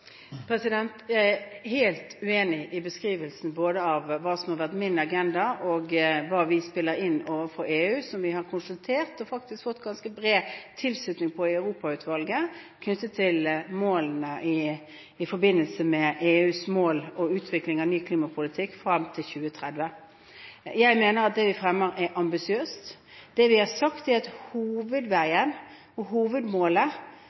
Jeg er helt uenig i beskrivelsen av både hva som har vært min agenda og hva vi spiller inn overfor EU, som vi har konsultert og faktisk fått ganske bred tilslutning for i Europautvalget knyttet til EUs mål og utvikling av ny klimapolitikk frem til 2030. Jeg mener at det vi fremmer, er ambisiøst. Det vi har sagt, er at hovedveien og hovedmålet